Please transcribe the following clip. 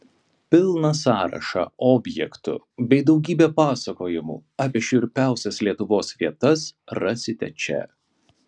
pilną sąrašą objektų bei daugybę pasakojimų apie šiurpiausias lietuvos vietas rasite čia